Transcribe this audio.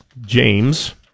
James